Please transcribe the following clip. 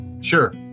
sure